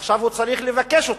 עכשיו הוא צריך לבקש אותה.